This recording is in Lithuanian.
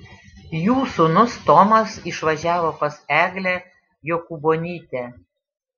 jų sūnus tomas išvažiavo pas eglę jokūbonytę